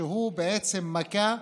שהוא בעצם מכה,